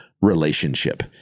relationship